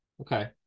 Okay